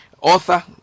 author